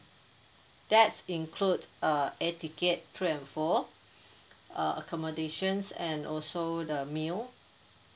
that's include uh air ticket to and fro uh accommodations and also the meal